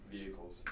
vehicles